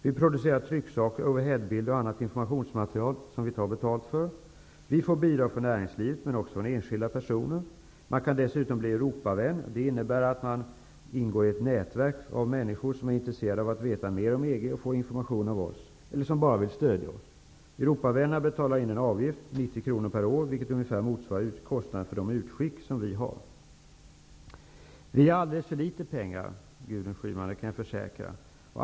Vi producerar trycksaker, overheadbilder och annat informationsmaterial som vi tar betalt för. Vi får bidrag från näringslivet, men också från enskilda personer. Man kan dessutom bli Europavän, vilket innebär att man ingår i ett nätverk av människor som är intresserade av att veta mer om EG, att få information från stiftelsen eller som bara vill stödja oss. Europavännerna betalar en avgift på 90 kr per år, vilket ungefär motsvarar kostnaderna för stiftelsens utskick. Vi har i stiftelsen alldeles för litet pengar, Gudrun Schyman. Det kan jag försäkra.